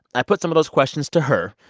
i put some of those questions to her.